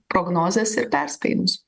prognozes ir perspėjimus